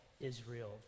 Israel